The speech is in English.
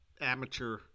amateur